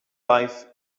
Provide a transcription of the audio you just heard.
life